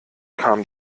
kam